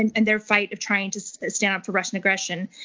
and and their fight of trying to stand up for russian aggression.